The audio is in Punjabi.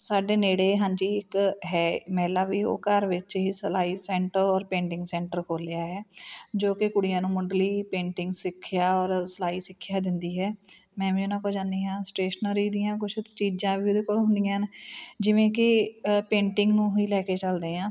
ਸਾਡੇ ਨੇੜੇ ਹਾਂਜੀ ਇੱਕ ਹੈ ਮਹਿਲਾ ਵੀ ਉਹ ਘਰ ਵਿੱਚ ਹੀ ਸਿਲਾਈ ਸੈਂਟਰ ਔਰ ਪੇਂਟਿੰਗ ਸੈਂਟਰ ਖੋਲ੍ਹਿਆ ਹੈ ਜੋ ਕਿ ਕੁੜੀਆਂ ਨੂੰ ਮੁੱਢਲੀ ਪੇਂਟਿੰਗ ਸਿੱਖਿਆ ਔਰ ਸਿਲਾਈ ਸਿੱਖਿਆ ਦਿੰਦੀ ਹੈ ਮੈਂ ਵੀ ਉਹਨਾਂ ਕੋਲ ਜਾਂਦੀ ਹਾਂ ਸਟੇਸ਼ਨਰੀ ਦੀਆਂ ਕੁਛ ਚੀਜ਼ਾਂ ਵੀ ਉਹਦੇ ਕੋਲ ਹੁੰਦੀਆਂ ਹਨ ਜਿਵੇਂ ਕਿ ਪੇਂਟਿੰਗ ਨੂੰ ਹੀ ਲੈ ਕੇ ਚੱਲਦੇ ਹਾਂ